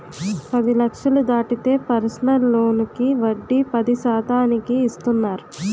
పది లక్షలు దాటితే పర్సనల్ లోనుకి వడ్డీ పది శాతానికి ఇస్తున్నారు